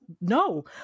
no